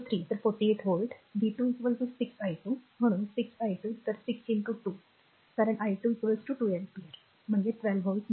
तर 48 volt v 2 6 i2 म्हणून 6 i2 तर 6 2 कारण i2 2 अँपिअर 12 व्होल्ट